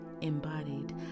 embodied